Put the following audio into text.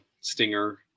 Stinger